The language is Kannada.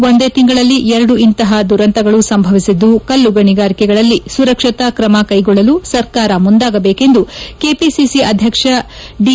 ಒಂದೇ ತಿಂಗಳಲ್ಲಿ ಎರಡು ಇಂತಹ ದುರಂತಗಳು ಸಂಭವಿಸಿದ್ದು ಕಲ್ಲುಗಣಿಗಳಲ್ಲಿ ಸುರಕ್ಷತಾ ಕ್ರಮ ಕ್ಷೆಗೊಳ್ಳಲು ಸರ್ಕಾರ ಮುಂದಾಗಬೇಕೆಂದು ಕೆಪಿಸಿಸಿ ಅಧ್ಯಕ್ಷ ದಿ